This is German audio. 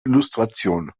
illustration